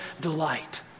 delight